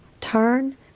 turn